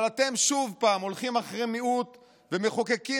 אבל אתם שוב פעם הולכים אחרי מיעוט ומחוקקים